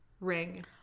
ring